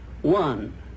One